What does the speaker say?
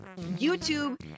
YouTube